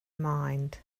mind